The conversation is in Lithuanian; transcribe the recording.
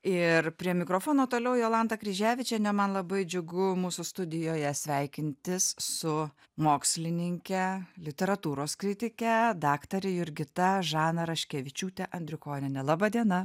ir prie mikrofono toliau jolanta kryževičienė man labai džiugu mūsų studijoje sveikintis su mokslininke literatūros kritike daktare jurgita žana raškevičiūtė andrikoniene laba diena